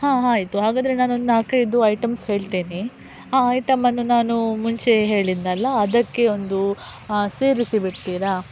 ಹಾಂ ಆಯ್ತು ಹಾಗಾದರೆ ನಾನೊಂದು ನಾಲ್ಕೈದು ಐಟಮ್ಸ್ ಹೇಳ್ತೇನೆ ಆ ಐಟಮನ್ನು ನಾನು ಮುಂಚೆ ಹೇಳಿದ್ದನಲ್ಲ ಅದಕ್ಕೆ ಒಂದು ಸೇರಿಸಿ ಬಿಡ್ತೀರಾ